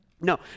No